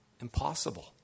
Impossible